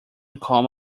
come